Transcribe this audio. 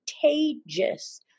contagious